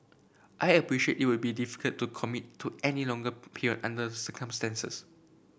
I appreciate it will be difficult to commit to any longer peer under circumstances